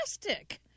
fantastic